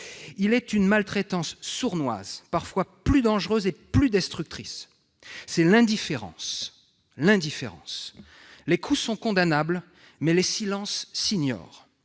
il est une maltraitance sournoise, parfois plus dangereuse et plus destructrice : l'indifférence. Les coups sont condamnables, mais les silences s'ignorent.